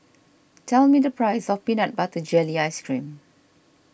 tell me the price of Peanut Butter Jelly Ice Cream